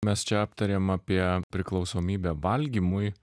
mes čia aptarėm apie priklausomybę valgymui